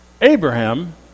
Abraham